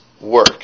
work